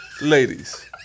Ladies